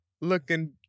looking